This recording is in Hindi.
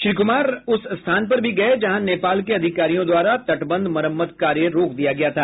श्री कुमार उस स्थान पर भी गये जहां नेपाल के अधिकारियों द्वारा तटबंध मरम्मत कार्य रोक दिया गया था